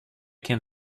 can